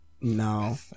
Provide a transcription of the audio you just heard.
No